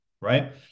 Right